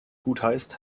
gutheißt